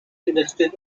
industries